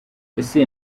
ese